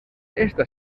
esta